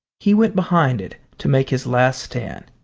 he went behind it to make his last stand.